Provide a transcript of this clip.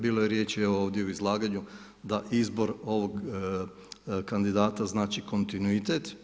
Bilo je riječi ovdje u izlaganju da izbor ovog kandidata znači kontinuitet.